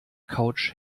couch